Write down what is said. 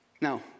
Now